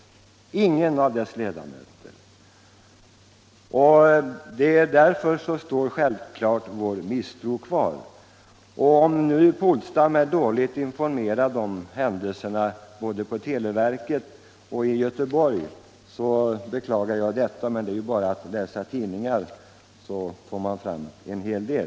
Därför kvarstår självfallet vår misstro. Om nu herr Polstam är dåligt informerad om händelserna både på televerket och i Göteborg, beklagar jag detta. Men det är ju bara att läsa tidningar, så får man fram en hel del.